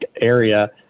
area